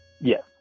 Yes